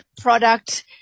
product